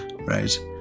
right